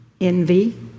envy